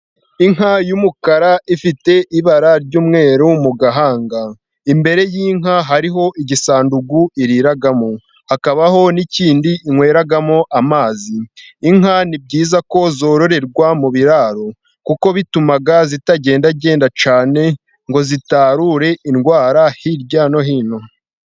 Inka y'umukara ifite ibara ry'umweru mu gahanga. Imbere y'inka hariho igisandugu iriramo. Hakabaho n'ikindi inyweramo amazi. Inka ni byiza ko zororerwa mu biraro, kuko bituma zitagendagenda cyane ngo zitarure indwara hirya no hino.